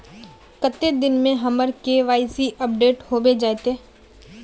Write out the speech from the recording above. कते दिन में हमर के.वाई.सी अपडेट होबे जयते?